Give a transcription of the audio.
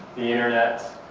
the internet.